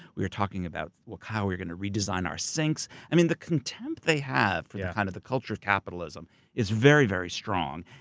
we were talking about how we're gonna redesign our sinks, i mean the contempt they have for yeah kind of the culture of capitalism is very, very strong.